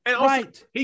Right